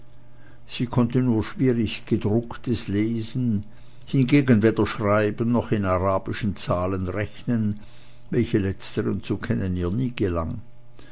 sie konnte nur schwierig gedrucktes lesen hingegen weder schreiben noch in arabischen zahlen rechnen welche letzteren zu kennen ihr nie gelang